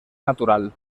natural